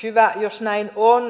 hyvä jos näin on